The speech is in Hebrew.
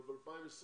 אבל ב-2020